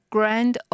Grand